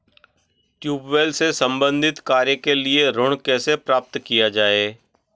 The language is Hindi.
ट्यूबेल से संबंधित कार्य के लिए ऋण कैसे प्राप्त किया जाए?